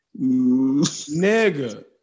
Nigga